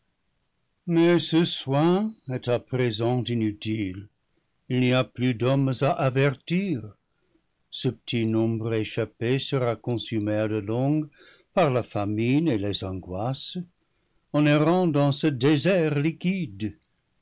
mais ce soin est à présent inutile il n'y a plus d'hommes à avertir ce petit nombre échappé sera consumé à la longue par la famine et les angoisses en errant dans ce désert liquide